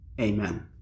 Amen